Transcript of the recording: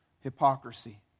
hypocrisy